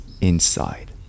inside